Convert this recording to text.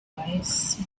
requires